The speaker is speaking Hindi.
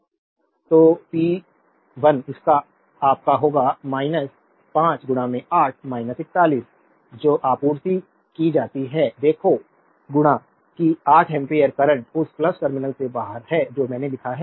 स्लाइड टाइम देखें 0444 तो पी 1 आपका होगा 5 8 41 जो आपूर्ति की जाती है देखो कि 8 एम्पीयर करंट उस टर्मिनल से बाहर है जो मैंने लिखा है